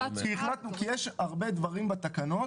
כי יש הרבה דברים בתקנות,